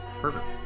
perfect